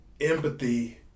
empathy